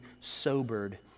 sobered